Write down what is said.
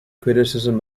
criticism